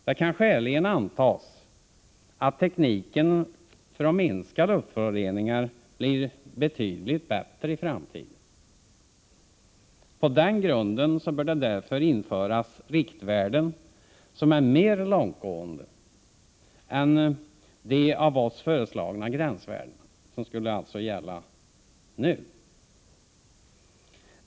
Det kan skäligen antas att tekniken för att minska luftföroreningar blir betydligt bättre i framtiden. På den grunden bör det därför införas riktvärden som är mer långtgående än de av oss föreslagna gränsvärdena, som alltså skulle gälla nu.